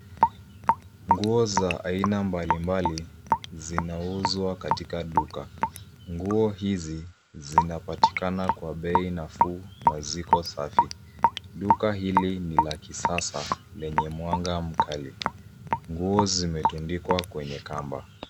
Nguo za aina mbalimbali zinauzwa katika duka. Nguo hizi zinapatikana kwa bei nafuu na ziko safi. Duka hili ni la kisasa lenye mwanga mkali. Nguo zimetundikwa kwenye kamba.